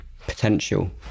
potential